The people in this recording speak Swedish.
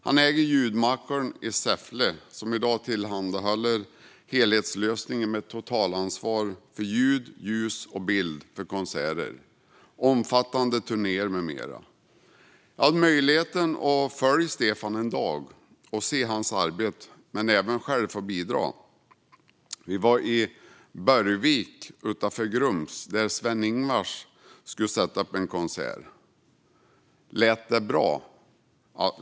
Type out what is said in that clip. Han äger Ljudmakaren i Säffle, som i dag tillhandahåller helhetslösningar med totalansvar för ljud, ljus och bild för konserter, omfattande turnéer med mera. Jag hade möjligheten att få följa Stefan en dag och se hans arbete samt även själv få bidra. Vi var i Borgvik utanför Grums, där Sven-Ingvars skulle sätta upp en konsert. Lät det bra?